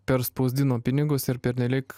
perspausdino pinigus ir pernelyg